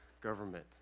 government